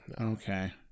Okay